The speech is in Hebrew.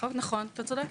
נכון, אתה צודק.